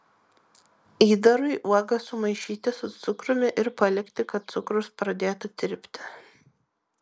įdarui uogas sumaišyti su cukrumi ir palikti kad cukrus pradėtų tirpti